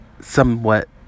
somewhat